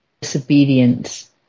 disobedience